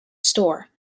store